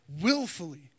willfully